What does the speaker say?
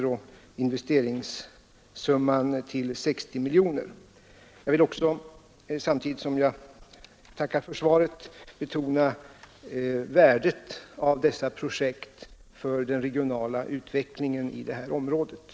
och investeringssumman till 60 miljoner kronor. Jag vill också, samtidigt som jag än en gång tackar för svaret, betona värdet av dessa projekt för utvecklingen i den här regionen.